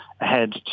ahead